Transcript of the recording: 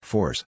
Force